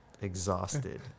exhausted